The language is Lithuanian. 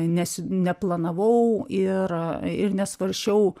nesi neplanavau ir ir nesvarsčiau